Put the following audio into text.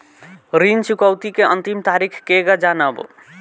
ऋण चुकौती के अंतिम तारीख केगा जानब?